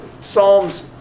Psalms